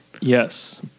yes